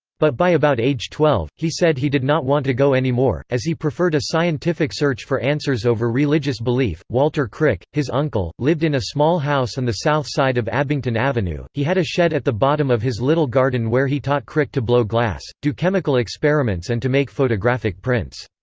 but by about age twelve, he said he did not want to go anymore, as he preferred a scientific search for answers over religious belief walter crick, his uncle, lived in a small house on and the south side of abington avenue he had a shed at the bottom of his little garden where he taught crick to blow glass, do chemical experiments and to make photographic prints.